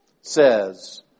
says